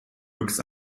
büx